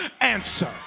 answer